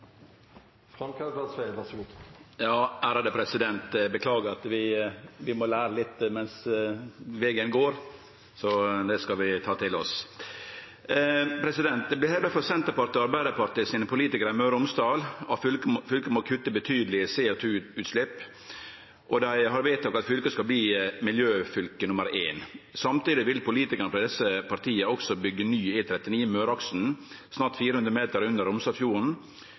president, men vi må lære. Vegen blir til mens vi går, og vi skal ta det til oss. «Det blir hevda frå Senterpartiet og Arbeidarpartiet sine politikarar i Møre og Romsdal at fylket må kutte betydeleg i CO 2 -utslepp, og dei har vedteke at fylket skal bli miljøfylke nr. 1. Samtidig vil politikarar frå desse partia også bygge ny E39 med Møreaksen, snart 400 meter under